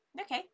Okay